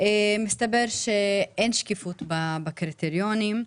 מסתבר שאין שקיפות בקריטריונים.